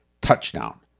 Touchdown